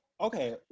Okay